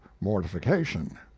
mortification